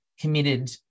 committed